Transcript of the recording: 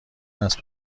اسب